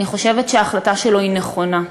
אני חושבת שההחלטה שלו נכונה.